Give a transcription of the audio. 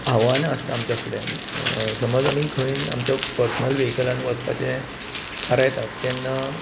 आव्हाना आसता आमच्या फुड्यान समज आमी खंय आमच्या पर्सनल वेहीकलान वचपाचे थारायतात तेन्ना